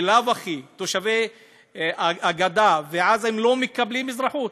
בלאו הכי תושבי הגדה ועזה לא מקבלים אזרחות,